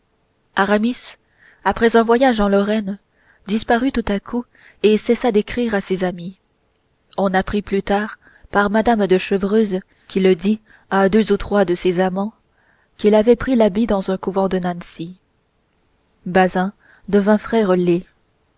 après un voyage en lorraine disparut tout à coup et cessa d'écrire à ses amis on apprit plus tard par mme de chevreuse qui le dit à deux ou trois de ses amants qu'il avait pris l'habit dans un couvent de nancy bazin devint